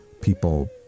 people